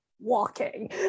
walking